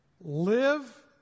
live